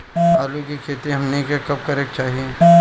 आलू की खेती हमनी के कब करें के चाही?